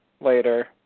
later